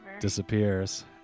disappears